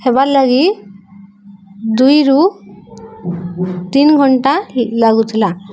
ହେବାର୍ ଲାଗି ଦୁଇରୁ ତିନି ଘଣ୍ଟା ଲାଗୁଥିଲା